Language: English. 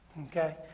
Okay